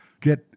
get